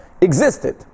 existed